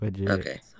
okay